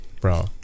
Bro